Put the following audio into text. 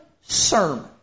sermon